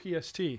PST